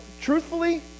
truthfully